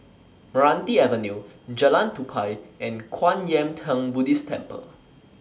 Meranti Avenue Jalan Tupai and Kwan Yam Theng Buddhist Temple